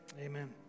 amen